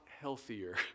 healthier